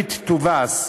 היהודית תובס.